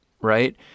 right